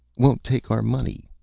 won't take our money.